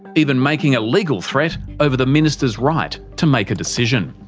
even making a legal threat over the minister's right to make a decision.